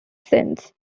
since